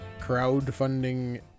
crowdfunding